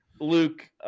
Luke